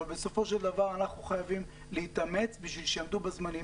אבל בסופו של דבר אנחנו חייבים להתאמץ כדי שיעמדו בזמנים.